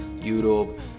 Europe